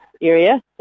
area